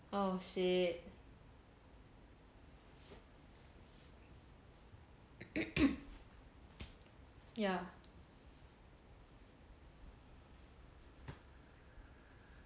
oh shit yeah